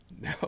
No